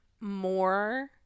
more